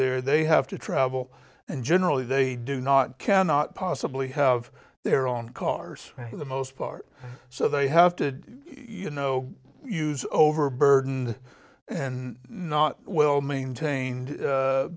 or they have to travel and generally they do not cannot possibly have their own cars for the most part so they have to you know use overburdened and not well maintained